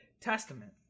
Testament